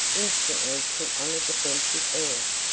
instantly put on a defensive air.